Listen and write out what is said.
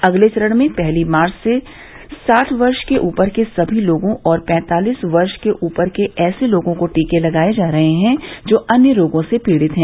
अगले चरण में पहली मार्च से साठ वर्ष से ऊपर के सभी लोगों और पैंतासलिस वर्ष से ऊपर के ऐसे लोगों को टीके लगाए जा रहे हैं जो अन्य रोगों से पीड़ित हैं